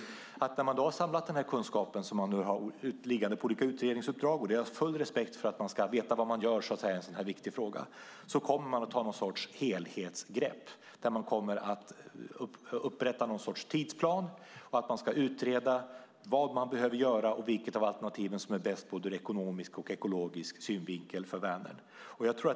Jag tolkar henne som att när man har samlat den kunskap som man nu har ute i olika utredningsuppdrag - jag har full respekt för att man ska veta vad man gör i en sådan här viktig fråga - kommer man att ta någon sorts helhetsgrepp, där man ska upprätta något slags tidsplan och utreda vilket alternativ som är bäst för Vänern ur både ekonomisk och ekologisk synvinkel.